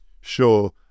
Sure